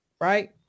Right